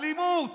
אלימות.